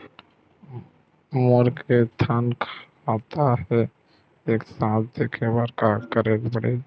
मोर के थन खाता हे एक साथ देखे बार का करेला पढ़ही?